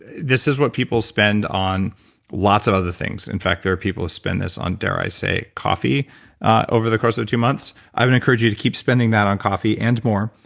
this is what people spend on lots of other things, in fact there are people spend this on, dare i say, coffee over the course of two months. i would encourage you to keep spending that on coffee, and more,